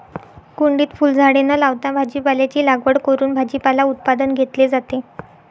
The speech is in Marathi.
कुंडीत फुलझाडे न लावता भाजीपाल्याची लागवड करून भाजीपाला उत्पादन घेतले जाते